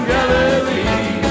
Galilee